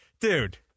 dude